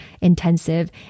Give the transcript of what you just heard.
intensive